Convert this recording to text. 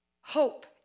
hope